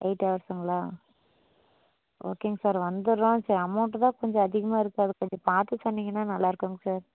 eight அவர்ஸுங்களா ஓகேங்க sir வந்துடுறோம் சே அமௌண்ட்டு தான் கொஞ்சம் அதிகமாக இருக்குது அதை கொஞ்சம் பார்த்து சொன்னீங்கன்னா நல்லாயிருக்குங்க சார்